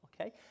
Okay